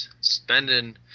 spending